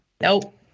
Nope